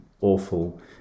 awful